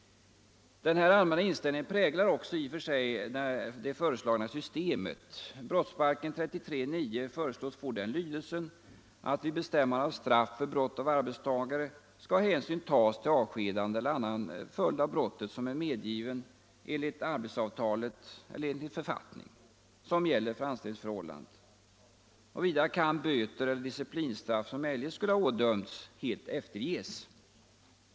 Denna allmänna inställning präglar i och för sig det föreslagna systemet. Brottsbalken 33:9 föreslås få den lydelsen att vid bestämmande av straff för brott av arbetstagare skall hänsyn tas till avskedande eller annan följd av brottet som är medgiven enligt arbetsavtalet eller enligt författning som gäller för anställningsförhållandet. Vidare kan böter eller disciplinstraff som eljest skulle ha ådömts helt efterges.